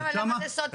למה זה סוד צבאי?